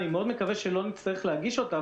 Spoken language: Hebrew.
אני מקווה מאוד שלא נצטרך להגיש אותה,